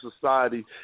society